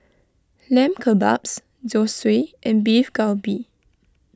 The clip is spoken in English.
Lamb Kebabs Zosui and Beef Galbi